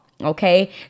Okay